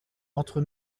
entre